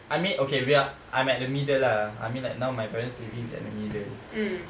I mean okay we are I'm at the middle ah I mean now like my parents living is at the middle